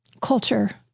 culture